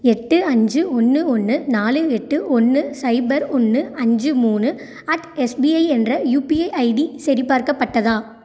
எட்டு அஞ்சு ஒன்று ஒன்று நாலு எட்டு ஒன்று சைபர் ஒன்று அஞ்சு மூணு அட் எஸ்பிஐ என்ற யுபிஐ ஐடி சரிபார்க்கப்பட்டதா